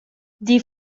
die